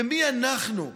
ומי אנחנו,